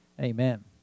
Amen